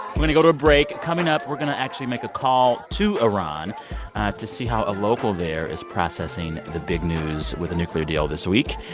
to go to a break. coming up, we're going to actually make a call to iran to see how a local there is processing the big news with the nuclear deal this week.